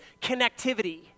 connectivity